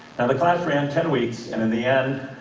and the class ran ten weeks, and in the end,